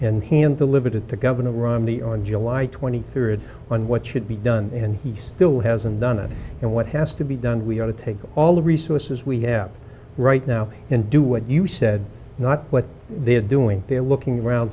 in hand delivered at the governor romney on july rd on what should be done and he still hasn't done it and what has to be done we've got to take all the resources we have right now and do what you said not what they are doing they are looking around